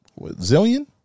Zillion